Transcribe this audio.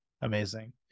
Amazing